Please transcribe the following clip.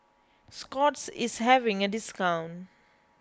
Scott's is having a discount